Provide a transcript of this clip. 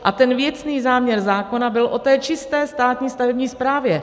A věcný záměr zákona byl o čisté státní stavební správě.